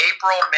April